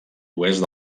oest